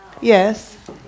Yes